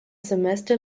semester